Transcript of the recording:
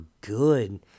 good